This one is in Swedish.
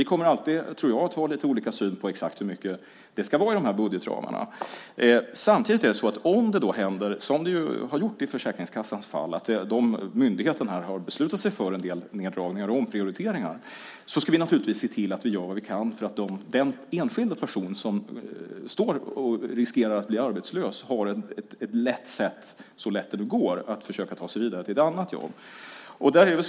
Vi kommer alltid, tror jag, att ha lite olika syn på exakt hur mycket det ska vara i de här budgetramarna. Samtidigt är det så att om det händer, som det ju har gjort i Försäkringskassans fall, att myndigheten har beslutat sig för en del neddragningar och omprioriteringar ska vi naturligtvis se till att vi gör vad vi kan för att den enskilda person som riskerar att bli arbetslös har ett lätt sätt, så lätt det nu går, att försöka ta sig vidare till ett annat jobb.